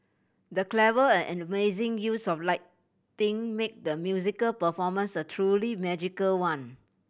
the clever and amazing use of lighting made the musical performance a truly magical one